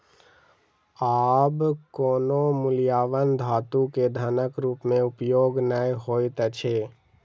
आब कोनो मूल्यवान धातु के धनक रूप में उपयोग नै होइत अछि